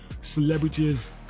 celebrities